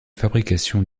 fabrication